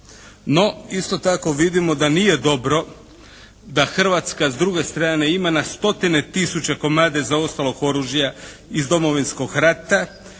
No, isto tako vidimo da nije dobro da Hrvatska s druge strane ima na stotine tisuća komada zaostalog oružja iz Domovinskog rata